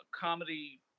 comedy